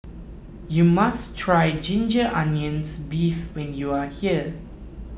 you must try Ginger Onions Beef when you are here